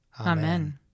Amen